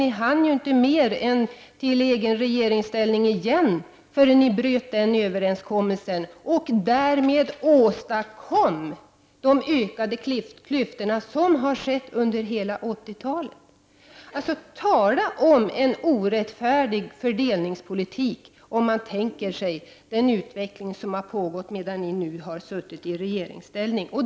Ni hann inte mer än komma i egen regeringsställning igen förrän ni bröt överenskommelsen och därmed åstadkom de ökade klyftorna, som har växt under hela 80-talet. Tala om orättfärdig fördelningspolitik, om man ser till den utveckling som har pågått medan ni har suttit i regeringsställning!